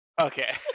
Okay